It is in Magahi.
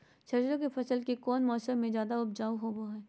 सरसों के फसल कौन मौसम में ज्यादा उपजाऊ होबो हय?